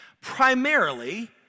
Primarily